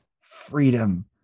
freedom